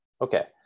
Okay